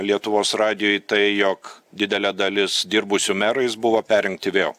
lietuvos radijuj tai jog didelė dalis dirbusių merais buvo perrinkti vėl